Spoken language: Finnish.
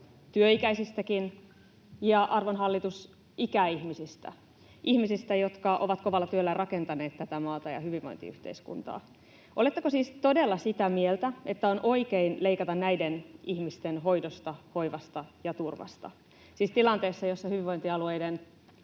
työikäisistäkin ja, arvon hallitus, ikäihmisistä, ihmisistä, jotka ovat kovalla työllä rakentaneet tätä maata ja hyvinvointiyhteiskuntaa. Oletteko siis todella sitä mieltä, että on oikein leikata näiden ihmisten hoidosta, hoivasta ja turvasta tilanteessa, jossa hyvinvointialueiden